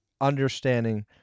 understanding